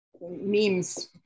memes